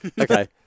Okay